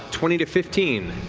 twenty to fifteen?